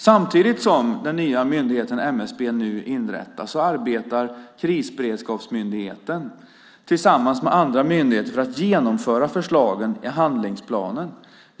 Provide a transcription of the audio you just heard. Samtidigt som den nya myndigheten MSB nu inrättas arbetar Krisberedskapsmyndigheten tillsammans med andra myndigheter för att genomföra förslagen i handlingsplanen.